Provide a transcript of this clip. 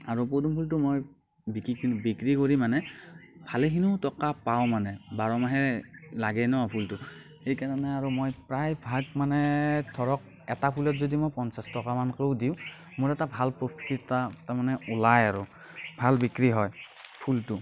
আৰু পদুম ফুলটো মই বিক্ৰী কৰি বিক্ৰী কৰি মানে ভালেখিনিও টকা পাওঁ মানে বাৰমাহে লাগে ন ফুলটো সেইকাৰণে আৰু মই প্ৰায় ভাগ মানে ধৰক এটা ফুলত যদি মই পঞ্চাছ টকা মানকেও দিওঁ মোৰ এটা ভাল এটা তাৰ মানে ওলায় আৰু ভাল বিক্ৰী হয় ফুলটো